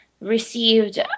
received